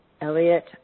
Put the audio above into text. Elliott